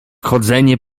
chodzenie